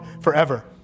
forever